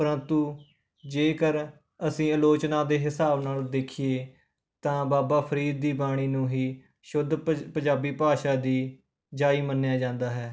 ਪ੍ਰੰਤੂ ਜੇਕਰ ਅਸੀਂ ਆਲੋਚਨਾ ਦੇ ਹਿਸਾਬ ਨਾਲ ਦੇਖੀਏ ਤਾਂ ਬਾਬਾ ਫ਼ਰੀਦ ਦੀ ਬਾਣੀ ਨੂੰ ਹੀ ਸ਼ੁੱਧ ਪਜ ਪੰਜਾਬੀ ਭਾਸ਼ਾ ਦੀ ਜਾਈ ਮੰਨਿਆ ਜਾਂਦਾ ਹੈ